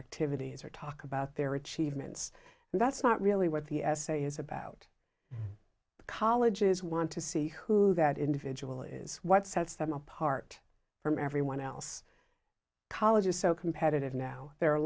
activities or talk about their achievements and that's not really what the essay is about colleges want to see who that individual is what sets them apart from everyone else college is so competitive now there are a